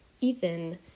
Ethan